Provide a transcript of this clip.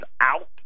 out